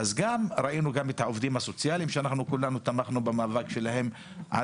ראינו גם את העובדים הסוציאליים שאנחנו כולנו תמכנו במאבק שלהם.